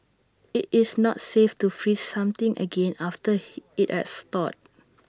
IT is not safe to freeze something again after he IT has thawed